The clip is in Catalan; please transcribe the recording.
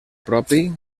propi